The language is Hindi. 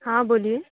हाँ बोलिए